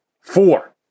Four